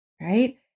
right